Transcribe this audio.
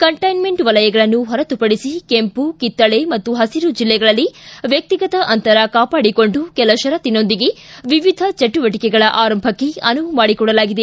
containment ವಲಯಗಳನ್ನು ಹೊರತುಪಡಿಸಿ ಕೆಂಪು ಕಿತ್ತಳೆ ಹಾಗೂ ಪಸಿರು ಜಿಲ್ಲೆಗಳಲ್ಲಿ ವ್ಯಕ್ತಿಗತ ಅಂತರ ಕಾಪಾಡಿಕೊಂಡು ಕೆಲ ಪರತ್ತಿನೊಂದಿಗೆ ವಿವಿಧ ಚಟುವಟಿಕೆಗಳ ಆರಂಭಕ್ಷೆ ಅನುವು ಮಾಡಿಕೊಡಲಾಗಿದೆ